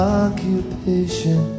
occupation